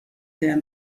der